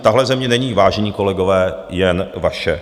Tahle země není, vážení kolegové, jen vaše.